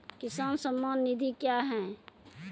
किसान सम्मान निधि क्या हैं?